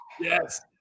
Yes